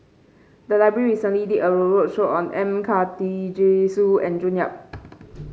the library recently did a road roadshow on M Karthigesu and June Yap